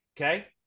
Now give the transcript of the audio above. Okay